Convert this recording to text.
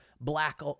Black